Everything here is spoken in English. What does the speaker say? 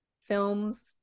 films